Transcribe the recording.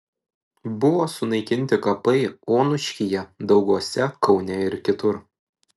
buvo sunaikinti kapai onuškyje dauguose kaune ir kitur